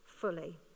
fully